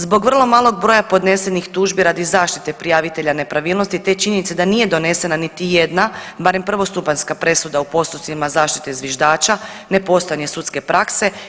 Zbog vrlo malog broja podnesenih tužbi radi zaštite prijavitelja nepravilnosti, te činjenice da nije donesena niti jedna barem prvostupanjska presuda u postupcima zaštite zviždača, nepostojanje sudske prakse.